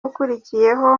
ukurikiyeho